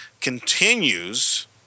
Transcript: continues